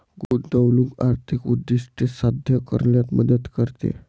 गुंतवणूक आर्थिक उद्दिष्टे साध्य करण्यात मदत करते